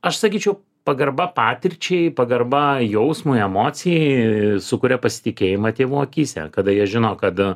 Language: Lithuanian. aš sakyčiau pagarba patirčiai pagarba jausmui emocijai sukuria pasitikėjimą tėvų akyse kada jie žino kad